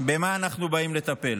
במה אנחנו באים לטפל?